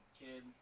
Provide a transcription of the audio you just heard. kid